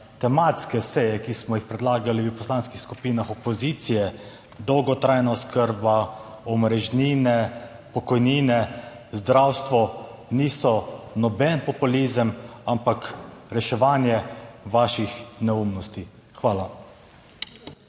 tematske seje, ki smo jih predlagali v poslanskih skupinah opozicije, dolgotrajna oskrba, omrežnine, pokojnine, zdravstvo, niso noben populizem, ampak reševanje vaših neumnosti. Hvala.